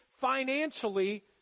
financially